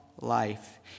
life